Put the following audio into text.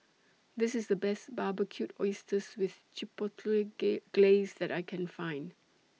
This IS The Best Barbecued Oysters with Chipotle Glaze that I Can Find